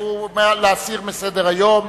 מעוניין להסיר מסדר-היום.